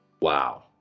Wow